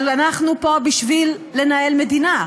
אבל אנחנו פה בשביל לנהל מדינה,